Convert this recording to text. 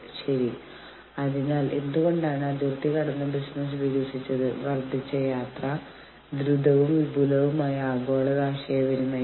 പക്ഷേ യൂണിയൻ എന്തുചെയ്യും അല്ലെങ്കിൽ എന്തിനാണ് യൂണിയൻ രൂപീകരിക്കുന്നത് എന്നെല്ലാം ഓർത്ത് അവർ ഭയപ്പെടുന്നുവെങ്കിൽ അപ്പോൾ വിവിധ കാര്യങ്ങൾ സംഭവിക്കാം